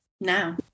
Now